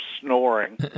snoring